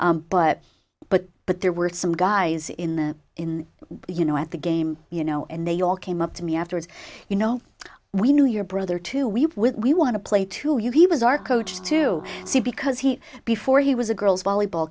did but but but there were some guys in the in the you know at the game you know and they all came up to me afterwards you know we knew your brother too we were with we want to play to you he was our coach to see because he before he was a girls volleyball